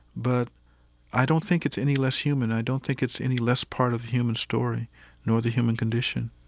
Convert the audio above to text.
but i don't think it's any less human. i don't think it's any less part of the human story nor the human condition